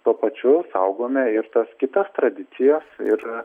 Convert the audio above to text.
tuo pačiu saugome ir tas kitas tradicijas ir